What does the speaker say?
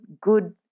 good